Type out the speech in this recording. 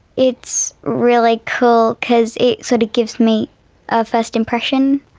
it's really cool cause it sort of gives me a first impression.